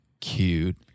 cute